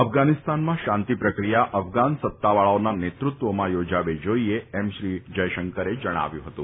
અફઘાનીસ્તાનમાં શાંતિ પ્રક્રિયા અફઘાન સત્તાવાળાઓના નેતૃત્વમાં યોજાવી જોઇએ એમ શ્રી જયશંકરે જણાવ્યું હતું